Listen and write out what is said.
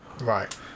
Right